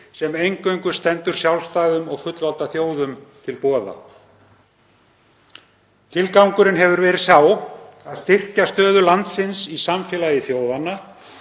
sem eingöngu standa sjálfstæðum og fullvalda þjóðum til boða. Tilgangurinn hefur verið sá að styrkja stöðu landsins í samfélagi þjóðanna